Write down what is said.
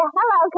Hello